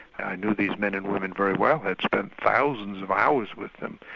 i knew these men and women very well, i'd spent thousands of hours with them.